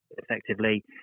effectively